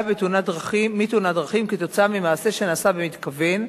מתאונת דרכים כתוצאה ממעשה שנעשה במתכוון,